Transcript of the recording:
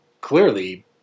clearly